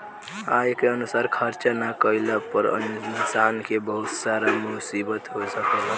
आय के अनुसार खर्चा ना कईला पर इंसान के बहुत सारा मुसीबत हो सकेला